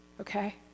okay